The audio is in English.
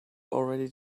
already